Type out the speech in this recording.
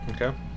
Okay